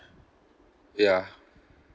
ya